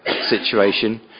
situation